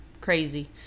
crazy